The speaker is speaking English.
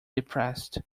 depressed